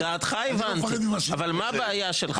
את דעתך הבנתי, אבל מה הבעיה שלך?